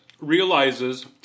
realizes